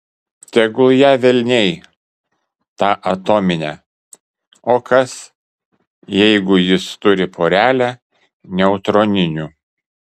tegul ją velniai tą atominę o kas jeigu jis turi porelę neutroninių